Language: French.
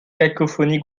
cacophonie